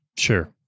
Sure